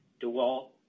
Dewalt